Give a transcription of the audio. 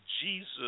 Jesus